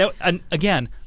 again